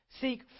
seek